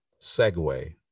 segue